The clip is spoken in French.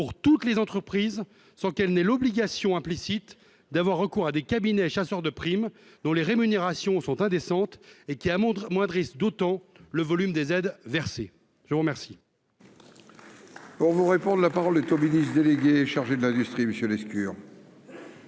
pour toutes les entreprises sans qu'elle n'ait l'obligation implicite d'avoir recours à des cabinets, chasseur de primes dont les rémunérations sont indécentes et qui a montré moins de risques d'autant le volume des aides versées, je vous remercie.